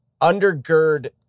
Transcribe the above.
undergird